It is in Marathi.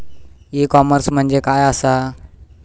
ई कॉमर्स म्हणजे काय असा?